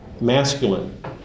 masculine